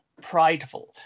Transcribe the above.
prideful